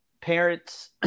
Parents